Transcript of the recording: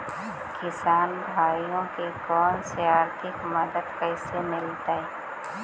किसान भाइयोके कोन से आर्थिक मदत कैसे मीलतय?